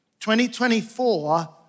2024